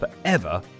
forever